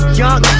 young